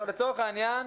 אין תקנות כאלה.